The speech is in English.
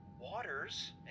waters